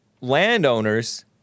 landowners